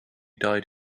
died